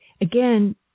again